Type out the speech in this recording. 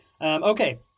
okay